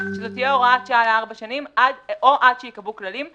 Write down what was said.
שזאת תהיה הוראת שעה לארבע שנים או עד שייקבעו כללים.